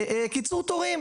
קיצור תורים.